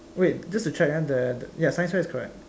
wait just to check ah the the ya science fair is correct